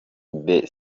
the